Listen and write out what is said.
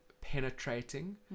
penetrating